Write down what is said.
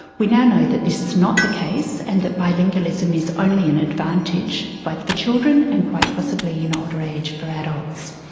we now know that this is not the case and that bilingualism is only an advantage both for children and possibly in older age for adults.